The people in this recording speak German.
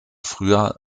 früher